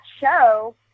show